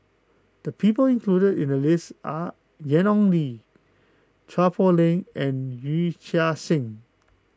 the people included in the list are Ian Ong Li Chua Poh Leng and Yee Chia Hsing